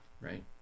right